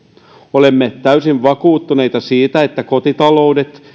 olemme täysin vakuuttuneita siitä että kotitaloudet